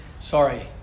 Sorry